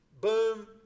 Boom